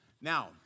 Now